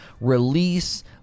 release